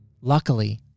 Luckily